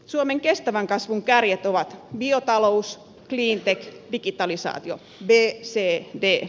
suomen kestävän kasvun kärjet ovat biotalous cleantech digitalisaatio bcd